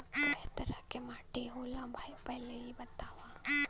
कै तरह के माटी होला भाय पहिले इ बतावा?